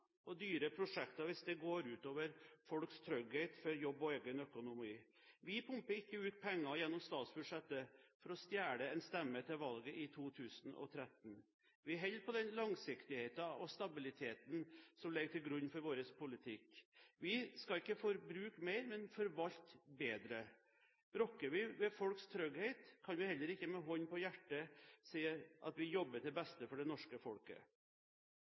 og dyre prosjekter hvis det går ut over folks trygghet for jobb og egen økonomi. Vi pumper ikke ut penger gjennom statsbudsjettet for å stjele en stemme til valget i 2013. Vi holder på den langsiktigheten og stabiliteten som ligger til grunn for vår politikk. Vi skal ikke forbruke mer, men forvalte bedre. Rokker vi ved folks trygghet, kan vi heller ikke med hånden på hjertet si at vi jobber til beste for det norske folket.